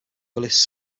willis